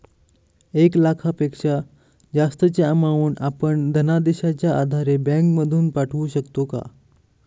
एक लाखापेक्षा जास्तची अमाउंट आपण धनादेशच्या आधारे बँक मधून पाठवू शकतो का?